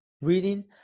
Reading